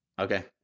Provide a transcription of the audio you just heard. Okay